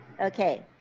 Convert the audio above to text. Okay